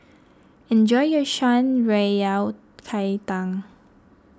enjoy your Shan Rui Yao Cai Tang